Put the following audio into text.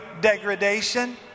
degradation